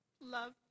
Love